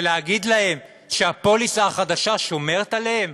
ולהגיד להם שהפוליסה החדשה שומרת עליהם?